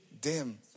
dim